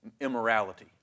immorality